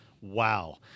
wow